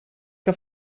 que